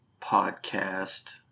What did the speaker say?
podcast